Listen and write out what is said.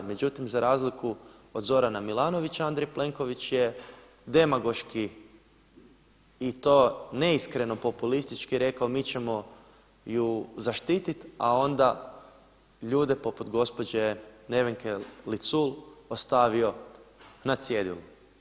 Međutim za razliku od Zorana Milanovića Andrej Plenković je demagoški i to neiskreno populistički rekao, mi ćemo ju zaštititi, a onda ljude poput gospođe Nevenke Licul ostavio na cjedilu.